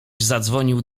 zadzwonił